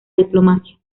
diplomacia